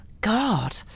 God